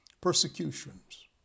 persecutions